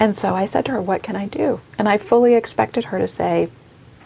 and so i said to her what can i do and i fully expected her to say